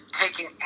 taking